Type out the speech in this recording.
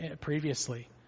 previously